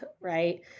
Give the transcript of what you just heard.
right